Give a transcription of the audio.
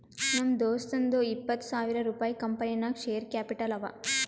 ನಮ್ ದೋಸ್ತುಂದೂ ಎಪ್ಪತ್ತ್ ಸಾವಿರ ರುಪಾಯಿ ಕಂಪನಿ ನಾಗ್ ಶೇರ್ ಕ್ಯಾಪಿಟಲ್ ಅವ